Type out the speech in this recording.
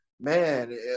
man